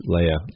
Leia